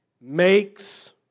makes